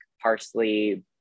parsley